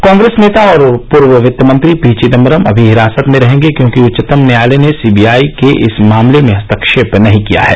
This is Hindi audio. कांग्रेस नेता और पूर्व वित्तमंत्री पी चिदम्बरम अभी हिरासत में रहेंगे क्योंकि उच्चतम न्यायालय ने सीबीआई के इस मामले में हस्तक्षेप नहीं किया है